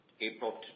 April